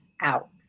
out